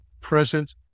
present